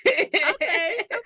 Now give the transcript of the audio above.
okay